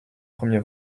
premier